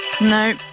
No